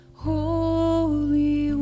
Holy